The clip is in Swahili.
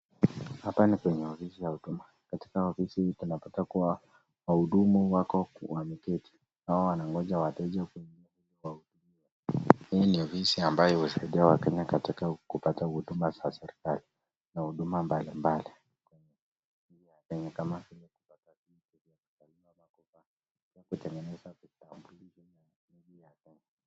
Hapa ni kwenye ofisi la huduma, katika ofisi tunapata kuwa wahudumu wako wameketi, hii ninofisi ambayo husaidia wakenya kupata huduma za serikali kama kutengenezea vitambulisho.